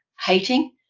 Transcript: Hating